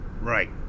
Right